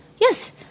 Yes